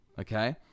Okay